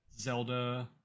Zelda